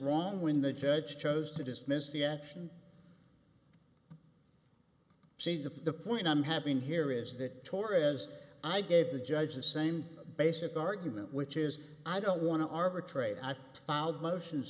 wrong when the judge chose to dismiss the action say that the point i'm having here is that torres i gave the judge the same basic argument which is i don't want to arbitrate i filed motions